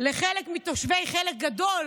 לחלק גדול